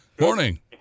Morning